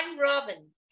Robin